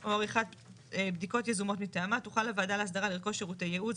או עריכת בדיקות יזומות מטעמה תוכל הוועדה להסדרה לרכוש שירותי ייעוץ,